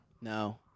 No